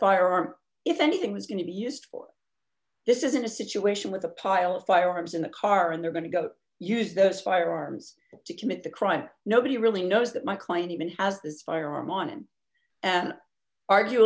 firearm if anything was going to be used for this isn't a situation with a pile of firearms in the car and they're going to go use those firearms to commit the crime and nobody really knows that my client even has this firearm on him and argu